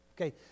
Okay